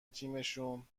تیمشون